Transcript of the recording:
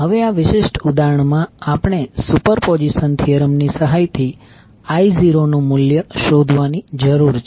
હવે આ વિશિષ્ટ ઉદાહરણ માં આપણે સુપરપોઝિશન થીયરમ ની સહાયથી I0 નું મૂલ્ય શોધવાની જરૂર છે